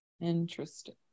Interesting